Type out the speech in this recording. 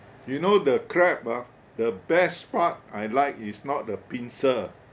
you know the crab ah the best part I like is not the pincer